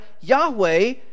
Yahweh